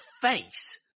face